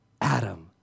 Adam